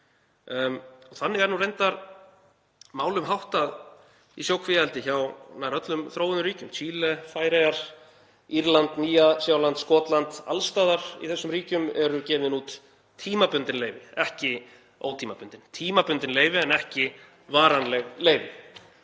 Þannig er nú reyndar málum háttað í sjókvíaeldi í nær öllum þróuðum ríkjum, Chile, Færeyjum, Írlandi, Nýja-Sjálandi, Skotlandi; alls staðar í þessum ríkjum eru gefin út tímabundin leyfi, ekki ótímabundin. Tímabundin leyfi en ekki varanleg leyfi.